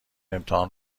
امتحان